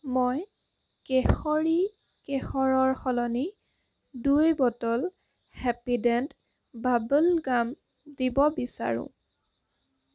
মই কেশৰী কেশৰৰ সলনি দুই বটল হেপীডেণ্ট বাবল গাম দিব বিচাৰোঁ